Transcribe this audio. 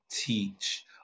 teach